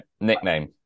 Nickname